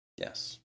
Yes